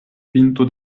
pinto